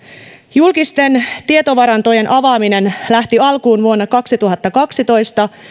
julkisten tietovarantojen avaaminen lähti alkuun vuonna kaksituhattakaksitoista